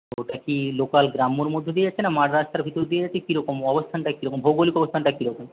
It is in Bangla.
ওটা কি লোকাল গ্রামের মধ্যে দিয়ে যাচ্ছে না মাঝরাস্তার ভিতর দিয়ে গেছে কী রকম অবস্থানটা কী রকম ভৌগোলিক অবস্থানটা কী রকম